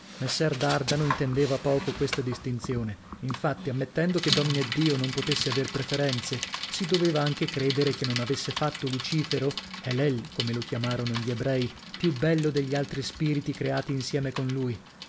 dardano intendeva poco questa distinzione infatti ammettendo che domineddio non potesse aver preferenze si doveva anche credere che non avesse fatto lucifero helel come lo chiamarono gli ebrei più bello degli altri spiriti creati insieme con lui